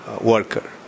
Worker